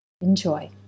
enjoy